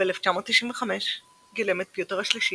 ב-1995 גילם את פיוטר השלישי,